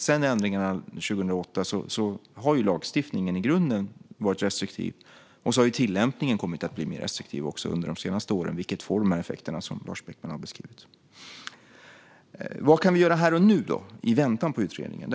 Sedan ändringen 2008 har lagstiftningen i grunden varit restriktiv, och så har tillämpningen också under de senaste åren kommit att bli mer restriktiv. Det får de effekter som Lars Beckman har beskrivit. Vad kan vi då göra här och nu i väntan på utredningen?